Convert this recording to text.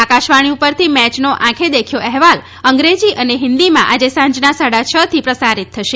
આકાશવાણી પરથી મેચનો આંખે દેખ્યો અહેવાલ અંગ્રેજી અને હિન્દીમાં આજે સાંજના સાડા છ થી પ્રસારિત થશે